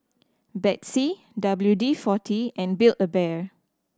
Betsy W D Forty and Build A Bear